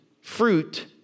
Fruit